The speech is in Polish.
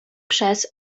przez